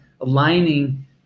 aligning